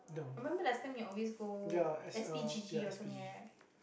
I remember last time you always go S_P_G_G or somewhere right